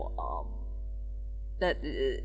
um that the uh